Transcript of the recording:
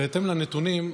בהתאם לנתונים,